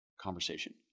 conversation